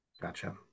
Gotcha